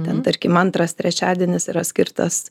ten tarkim antras trečiadienis yra skirtas